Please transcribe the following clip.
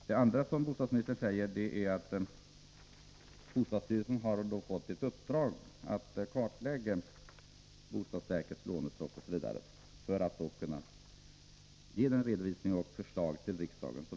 Vidare sade bostadsministern att bostadsstyrelsen har fått i uppdrag att kartlägga bostadsverkets lånestock m.m. för att man skall kunna ge riksdagen den redovisning och de förslag som begärts.